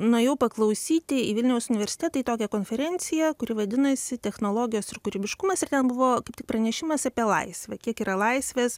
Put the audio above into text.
nuėjau paklausyti į vilniaus universitetą į tokią konferenciją kuri vadinasi technologijos ir kūrybiškumas ir ten buvo kaip tik pranešimas apie laisvę kiek yra laisvės